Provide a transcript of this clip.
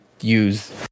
use